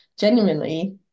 Genuinely